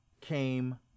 came